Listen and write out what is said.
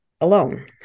alone